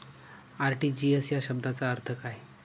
RTGS या शब्दाचा अर्थ काय?